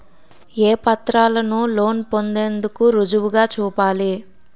ఏ పత్రాలను లోన్ పొందేందుకు రుజువుగా చూపాలి?